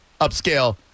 Upscale